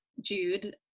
Jude